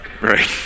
right